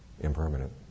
impermanent